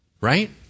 right